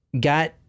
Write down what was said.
got